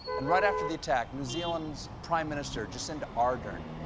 and right after the attack, new zealand's prime minister, jacinda ardern,